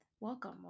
welcome